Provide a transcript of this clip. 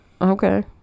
okay